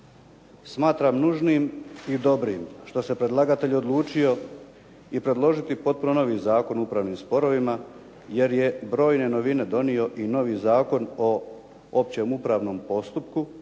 Smatram nužnim i dobrim što se predlagatelj odlučio i predložiti potpuno novi Zakon o upravnim sporovima jer je brojne novine donio i novi Zakon o općem upravnom postupku